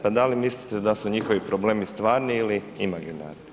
Pa da li mislite da su njihovi problemi stvarni ili imaginarni?